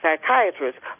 psychiatrists